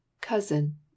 cousin